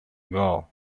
goal